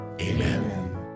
Amen